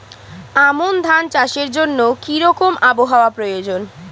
আমন ধান চাষের জন্য কি রকম আবহাওয়া প্রয়োজন?